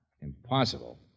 Impossible